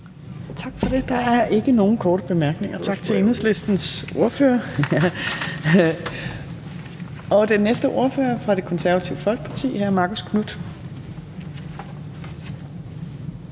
Tak for det. Der er ikke flere korte bemærkninger. Tak til Venstres ordfører. Den næste ordfører er fra Dansk Folkeparti, fru Marie Krarup.